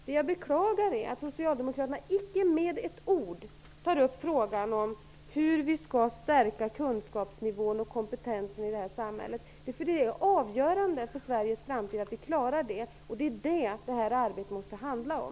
Det jag beklagar är att Socialdemokraterna icke med ett ord tar upp frågan om hur vi skall höja kunskapsnivån och stärka kompetensen i det här samhället. Det är ju avgörande för Sveriges framtid att vi klarar det, och det är det som det här arbetet måste handla om.